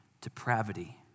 depravity